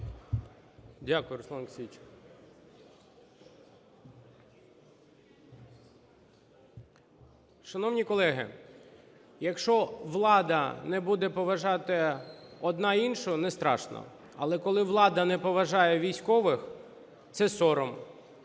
Дякую, Руслане Олексійовичу. Шановні колеги, якщо влада не буде поважати одна іншу – не страшно, але коли влада не поважає військових – це сором.